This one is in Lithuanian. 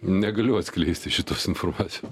negaliu atskleisti šitos informaci